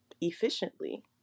efficiently